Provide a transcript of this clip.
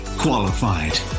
qualified